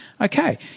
Okay